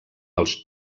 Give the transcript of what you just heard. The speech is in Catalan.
els